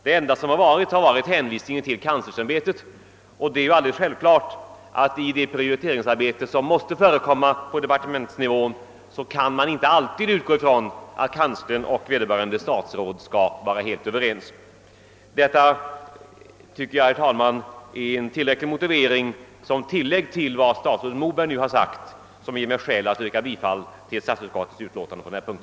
Det enda har varit hänvisningen till universitetskanslersämbetet, men det är alldeles självklart att man beträffande det prioriteringsarbete som måste ske på departementsnivå inte kan utgå från att kanslern och vederbörande statsråd alltid skall vara helt överens. Herr talman! Detta är bara ett tilllägg till vad statsrådet Moberg yttrat och som utgör en tillräcklig motivering för mig att yrka bifall till utskottets hemställan på denna punkt.